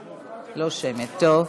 לא שמית, טוב.